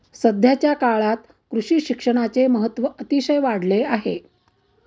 सध्याच्या काळात कृषी शिक्षणाचे महत्त्व अतिशय वाढले आहे